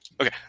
Okay